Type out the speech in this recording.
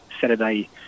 Saturday